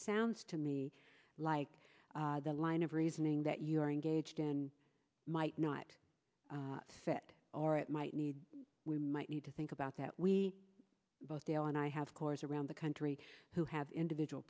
sounds to me like the line of reasoning that you're engaged in might not fit or it might need we might need to think about that we both dale and i have corps around the country who have individual